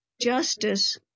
justice